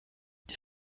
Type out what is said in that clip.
die